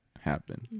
happen